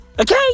Okay